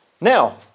Now